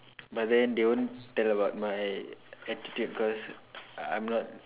but then they won't tell about my attitude cause I'm not